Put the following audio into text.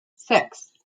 six